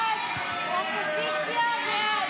ההסתייגויות לסעיף 05